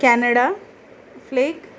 Canada flex